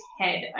head